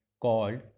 called